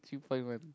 three point one